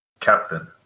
Captain